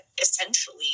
essentially